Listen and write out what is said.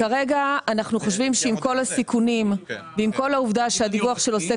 כרגע אנחנו חושבים שעם הסיכונים ועם כל העובדה שהדיווח של עוסק